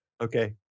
Okay